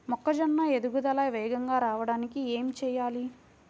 మొక్కజోన్న ఎదుగుదల వేగంగా రావడానికి ఏమి చెయ్యాలి?